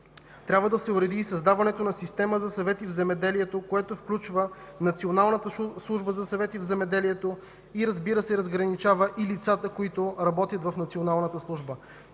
трябва да се уреди създаването на система за съвети в земеделието, което включва Националната служба за съвети в земеделието и, разбира се, разграничава лицата, които работят в Националната служба.